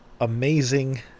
amazing